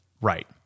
Right